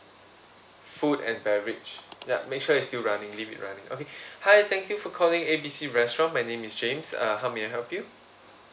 food and beverage ya make sure it's still running leave it running okay hi thank you for calling A B C restaurant my name is james uh how may I help you